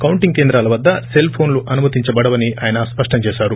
counting కేంద్రాల వద్ద cell ఫోన్లు అనుమతించబడవని ఆయన స్పష్టం చేశారు